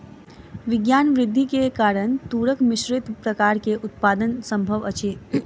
विज्ञान वृद्धि के कारण तूरक मिश्रित प्रकार के उत्पादन संभव अछि